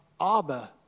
Abba